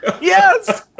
yes